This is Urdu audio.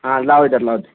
ہاں لاؤ ادھر لاؤ دے